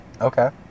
Okay